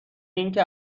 اینکه